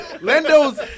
Lando's